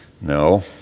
No